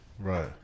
Right